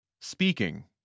Speaking